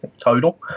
total